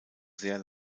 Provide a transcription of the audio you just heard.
sehr